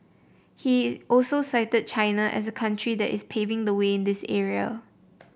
he also cited China as a country that is paving the way in this area